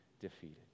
defeated